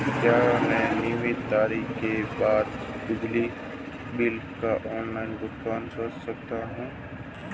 क्या मैं नियत तारीख के बाद बिजली बिल का ऑनलाइन भुगतान कर सकता हूं?